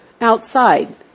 outside